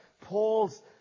Paul's